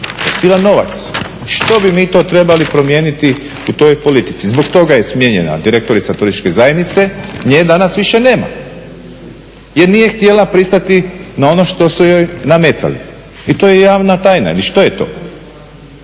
silan novac što bi mi to trebali promijeniti u toj politici. Zbog toga je smijenjena direktorica turističke zajednice, nje danas više nema jer nije htjela pristati na ono što su joj nametali i to je javna tajna ili što je to?